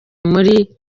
muri